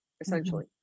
Essentially